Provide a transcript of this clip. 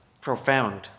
profound